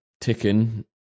ticking